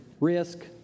Risk